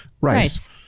Rice